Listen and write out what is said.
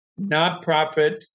Nonprofit